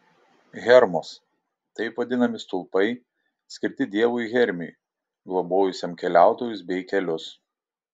hermos taip vadinami stulpai skirti dievui hermiui globojusiam keliautojus bei kelius